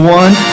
one